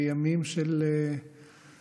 בימים של מתח.